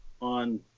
on